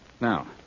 Now